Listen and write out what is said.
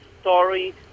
story